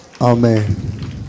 Amen